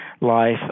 life